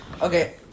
Okay